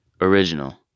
Original